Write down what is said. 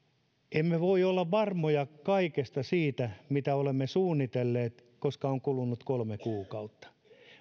emme voi olla varmoja kaikesta siitä mitä olemme suunnitelleet koska on kulunut kolme kuukautta